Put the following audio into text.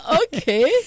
okay